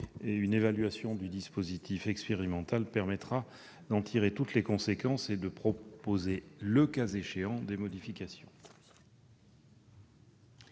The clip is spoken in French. Une évaluation du dispositif expérimental permettra d'en tirer toutes les conséquences et de proposer, le cas échéant, des modifications.